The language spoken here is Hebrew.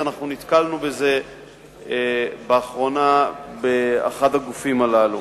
אנחנו נתקלנו בזה באחרונה באחד הגופים הללו.